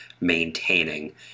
maintaining